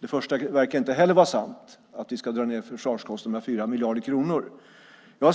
Det första - att vi ska dra ned försvarskostnaderna med 4 miljarder kronor - verkar inte